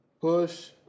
Push